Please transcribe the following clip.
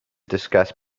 discuss